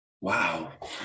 Wow